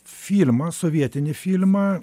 filmą sovietinį filmą